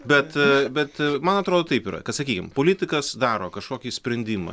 bet bet man atrodo taip yra kad sakykim politikas daro kažkokį sprendimą